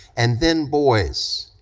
and then boys,